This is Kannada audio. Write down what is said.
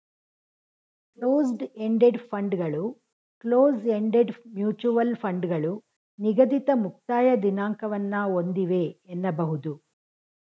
ಕ್ಲೋಸ್ಡ್ ಎಂಡೆಡ್ ಫಂಡ್ಗಳು ಕ್ಲೋಸ್ ಎಂಡೆಡ್ ಮ್ಯೂಚುವಲ್ ಫಂಡ್ಗಳು ನಿಗದಿತ ಮುಕ್ತಾಯ ದಿನಾಂಕವನ್ನ ಒಂದಿವೆ ಎನ್ನಬಹುದು